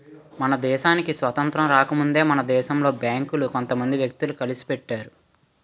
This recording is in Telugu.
మన దేశానికి స్వాతంత్రం రాకముందే మన దేశంలో బేంకులు కొంత మంది వ్యక్తులు కలిసి పెట్టారు